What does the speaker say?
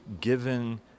given